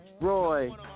Roy